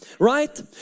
right